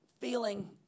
feeling